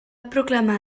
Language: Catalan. proclamar